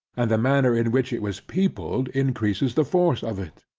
and the manner in which it was peopled encreases the force of it.